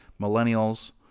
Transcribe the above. millennials